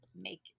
make